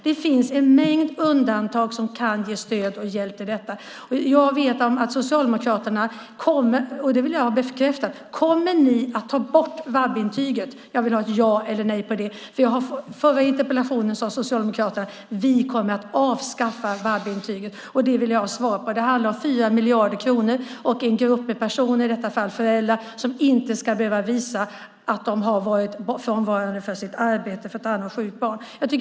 Det finns en mängd undantag som kan ge stöd och hjälp. Jag vill ha det bekräftat: Kommer Socialdemokraterna att ta bort VAB-intyget? Jag vill ha ett ja eller nej på det. Under den förra interpellationsdebatten sade Socialdemokraterna: Vi kommer att avskaffa VAB-intyget. Det vill jag ha svar på. Det handlar om 4 miljarder kronor och en grupp personer, i detta fall föräldrar som inte ska behöva visa att de har varit frånvarande från sitt arbete för att ta hand om sjukt barn.